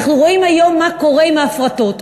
אנחנו רואים היום מה קורה עם ההפרטות.